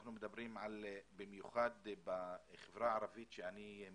אנחנו מדברים במיוחד בחברה הערבית שאני מייצג,